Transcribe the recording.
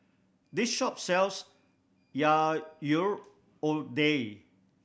this shop sells lodeh